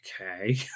okay